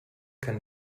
kann